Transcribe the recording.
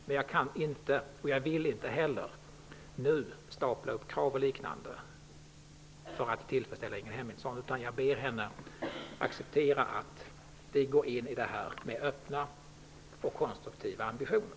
Men jag kan inte och vill inte heller, för att tillfredsställa Ingrid Hemmingsson, nu stapla upp krav och liknande, utan jag ber henne acceptera att vi går in i det här med öppna och konstruktiva ambitioner.